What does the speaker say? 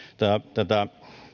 tätä